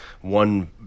one